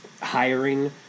hiring